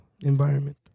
environment